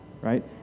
right